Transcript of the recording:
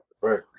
Right